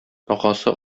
агасы